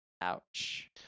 ouch